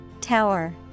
Tower